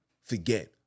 forget